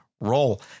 roll